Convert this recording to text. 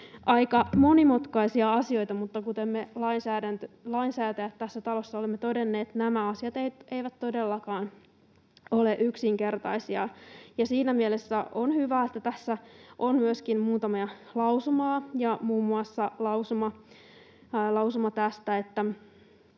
Aika monimutkaisia asioita, mutta kuten me lainsäätäjät tässä talossa olemme todenneet, nämä asiat eivät todellakaan ole yksinkertaisia, ja siinä mielessä on hyvä, että tässä on myöskin muutamia lausumia ja muun muassa lausuma tästä,